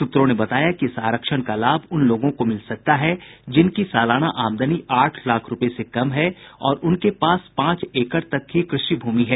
सूत्रों ने बताया कि इस आरक्षण का लाभ उन लोगों को मिल सकता है जिनकी सालाना आमदनी आठ लाख रुपये से कम है और उनके पास पांच एकड़ तक ही कृषि भूमि है